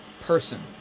person